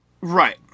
Right